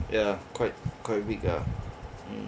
ya quite quite weak ah mm